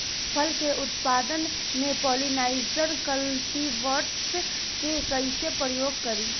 फल के उत्पादन मे पॉलिनाइजर कल्टीवर्स के कइसे प्रयोग करी?